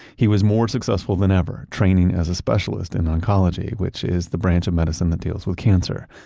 he was more successful than ever training as a specialist in oncology, which is the branch of medicine that deals with cancer,